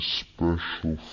special